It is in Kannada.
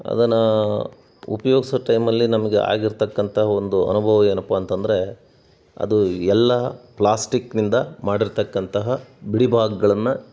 ಅದನ್ನು ಉಪಯೋಗ್ಸೋ ಟೈಮಲ್ಲಿ ನಮಗೆ ಆಗಿರತಕ್ಕಂಥ ಒಂದು ಅನುಭವ ಏನಪ್ಪಾ ಅಂತಂದರೆ ಅದು ಎಲ್ಲ ಪ್ಲಾಸ್ಟಿಕ್ನಿಂದ ಮಾಡಿರತಕ್ಕಂತಹ ಬಿಡಿ ಭಾಗಗಳನ್ನ